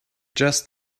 just